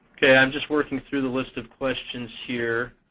i'm just working through the list of questions here.